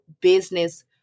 business